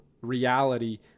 reality